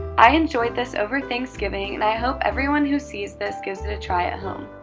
i enjoyed this over thanksgiving, and i hope everyone who sees this gives it a try ah